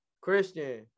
Christian